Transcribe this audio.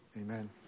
Amen